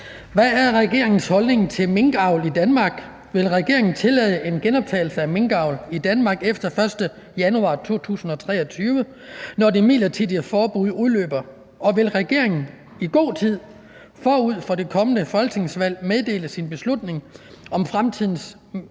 Hvad er regeringens holdning til minkavl i Danmark, vil regeringen tillade en genoptagelse af minkavl i Danmark efter den 1. januar 2023, når det midlertidige forbud udløber, og vil regeringen i god tid forud for det kommende folketingsvalg meddele sin beslutning om fremtiden